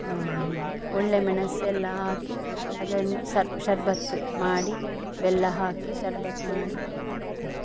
ಒಳ್ಳೆಯ ಮೆಣಸೆಲ್ಲಾ ಹಾಕಿ ಅದನ್ನು ಶರ್ಬತ್ತು ಮಾಡಿ ಬೆಲ್ಲ ಹಾಕಿ ಶರ್ಬತ್ತು ಮಾಡಿ ಕೊಡ್ತೇನೆ